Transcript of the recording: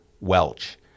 Welch